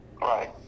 Right